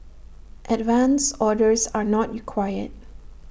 advance orders are not required